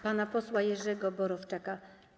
Pana posła Jerzego Borowczaka.